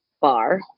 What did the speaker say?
bar